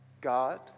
God